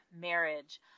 marriage